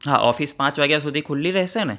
હા ઓફિસ પાંચ વાગ્યા સુધી ખુલ્લી રહેશે ને